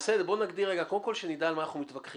בואו נגדיר, קודם כל, שנדע על מה אנחנו מתווכחים.